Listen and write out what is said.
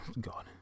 God